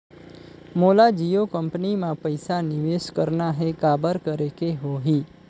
मोला जियो कंपनी मां पइसा निवेश करना हे, काबर करेके होही?